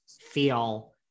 feel